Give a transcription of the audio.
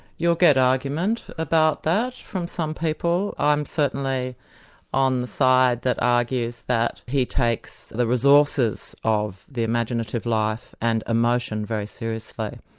you'll get argument about that from some people. i'm certainly on the side that argues that he takes the resources of the imaginative life and emotion very seriously.